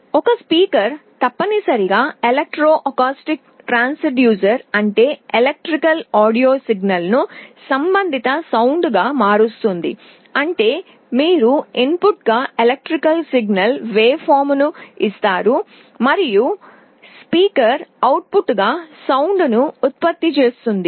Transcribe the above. ఒక స్పీకర్ తప్పనిసరిగా electro acoustic transducer అంటే ఎలక్ట్రికల్ ఆడియో సిగ్నల్ను సంబంధిత ధ్వనిగా మారుస్తుంది అంటే మీరు ఇన్పుట్గా ఎలక్ట్రికల్ సిగ్నల్ వేవ్ఫార్మ్ను ఇస్తారు మరియు స్పీకర్ అవుట్పుట్గా ధ్వనిని ఉత్పత్తి చేస్తుంది